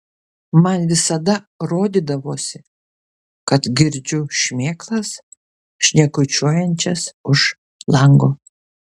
man visada rodydavosi kad girdžiu šmėklas šnekučiuojančias už lango